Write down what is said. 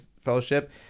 Fellowship